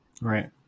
Right